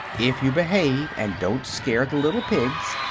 if you behave, and don't scare the little pigs,